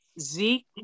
Zeke